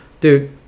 dude